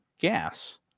gas